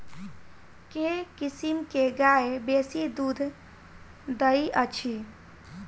केँ किसिम केँ गाय बेसी दुध दइ अछि?